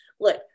look